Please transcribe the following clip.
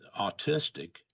autistic